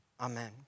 amen